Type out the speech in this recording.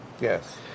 Yes